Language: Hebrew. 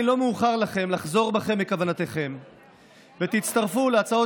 ההסדר בחוק נקבע כהוראת שעה שתוקפה עד יום כ' בתמוז התשפ"א,